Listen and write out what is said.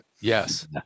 Yes